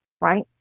right